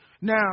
Now